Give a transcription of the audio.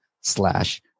slash